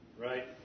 Right